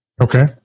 Okay